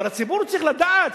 אבל הציבור צריך לדעת,